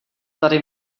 tady